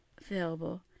available